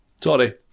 Sorry